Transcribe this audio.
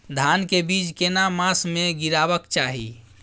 धान के बीज केना मास में गीरावक चाही?